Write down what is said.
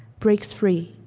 breaks free.